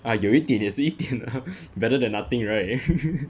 ah 有一点也是一点 better than nothing right